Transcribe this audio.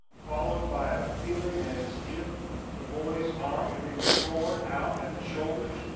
followed by a feeling as if the boy's arms were being torn out at the shoulders,